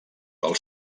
del